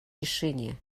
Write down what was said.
решения